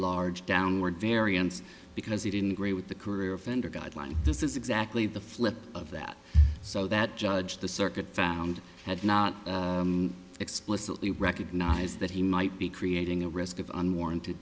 large downward variance because he didn't agree with the career offender guidelines this is exactly the flip of that so that judge the circuit found had not explicitly recognize that he might be creating a risk of unwarranted